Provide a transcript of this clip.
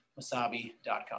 Masabi.com